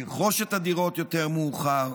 לרכוש את הדירות יותר מאוחר.